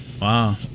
Wow